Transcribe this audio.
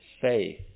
faith